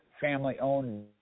family-owned